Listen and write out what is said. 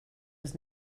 was